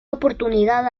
oportunidad